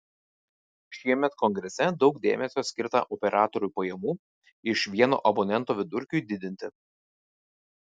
šiemet kongrese daug dėmesio skirta operatorių pajamų iš vieno abonento vidurkiui didinti